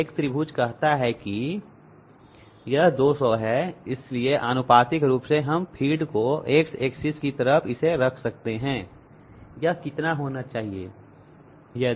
वेग त्रिभुज कहता है की यह 200 है इसलिए आनुपातिक रूप से हम फीड को X एक्सीस की तरफ इसे रख सकते हैं यह कितना होना चाहिए